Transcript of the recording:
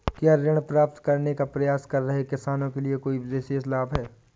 क्या ऋण प्राप्त करने का प्रयास कर रहे किसानों के लिए कोई विशेष लाभ हैं?